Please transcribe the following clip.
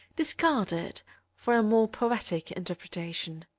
discarded for a more poetic interpretation.